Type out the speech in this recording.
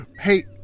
Hey